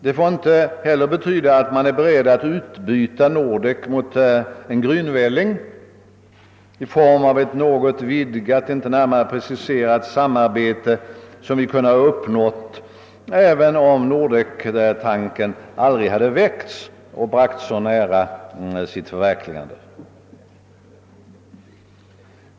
Det får inte heller betyda att man är beredd att utbyta Nordek mot en grynvälling i form av ett något vidgat, inte närmare preciserat samarbete som vi kunde ha uppnått även om Nordektanken aldrig hade väckts och bragts så nära sitt förverkligande.